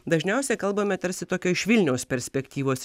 dažniausiai kalbame tarsi tokio iš vilniaus perspektyvos